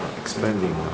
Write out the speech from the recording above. expanding